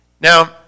Now